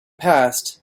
passed